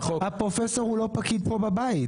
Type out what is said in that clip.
הפרופסור הוא לא פקיד בבית.